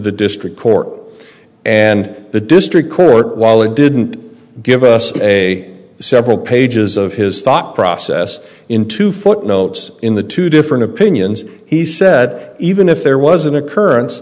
the district court and the district court while it didn't give us a several pages of his thought process into footnotes in the two different opinions he said even if there was an occurrence